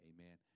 Amen